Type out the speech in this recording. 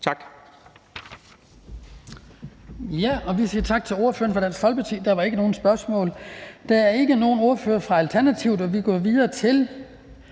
Tak.